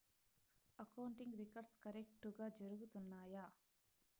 accounting records కరెక్టుగా జరుగుతున్నాయా